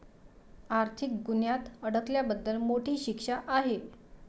आर्थिक गुन्ह्यात अडकल्याबद्दल मोठी शिक्षा आहे